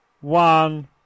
One